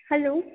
hello